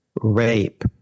rape